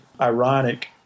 ironic